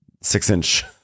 six-inch